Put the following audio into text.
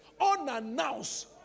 Unannounced